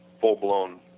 full-blown